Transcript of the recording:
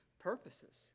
purposes